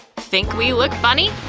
ah think we look funny?